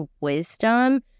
wisdom